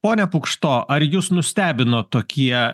pone pukšto ar jus nustebino tokie